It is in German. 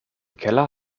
keller